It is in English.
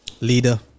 Leader